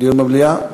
דיון במליאה.